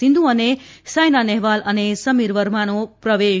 સિંધુ સાઇના નેહવાલ અને સમીર વર્માનો પ્રવેશ